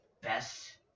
best